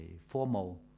formal